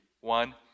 One